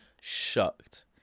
shocked